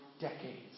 decades